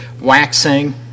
waxing